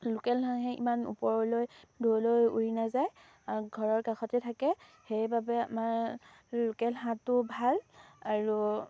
local হাঁহে ইমান ওপৰলৈ দূৰলৈ উৰি নাযায় ঘৰৰ কাষতে থাকে সেইবাবে আমাৰ লোকেল হাঁহটো ভাল আৰু